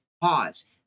pause